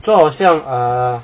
做好像 err